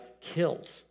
killed